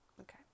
Okay